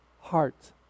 heart